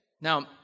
Now